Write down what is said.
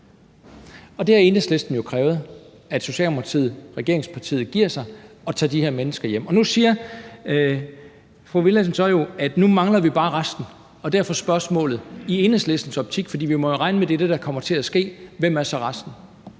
nat, og Enhedslisten har jo krævet, at Socialdemokratiet, regeringspartiet, giver sig og tager de her mennesker hjem. Nu siger fru Mai Villadsen jo så, at nu mangler vi bare resten. Derfor spørgsmålet: I Enhedslistens optik – for vi må jo regne med, at det er det, der kommer til at ske – hvem er så resten?